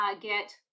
get